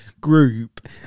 group